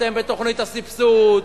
אתם בתוכנית הסבסוד,